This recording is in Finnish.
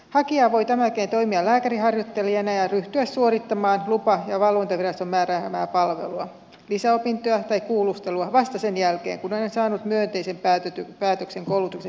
hakija voi tämän jälkeen toimia lääkäriharjoittelijana ja ryhtyä suorittamaan lupa ja valvontaviraston määräämää palvelua lisäopintoja tai kuulustelua vasta sen jälkeen kun hän on saanut myönteisen päätöksen koulutuksen hyväksymisestä